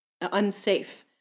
unsafe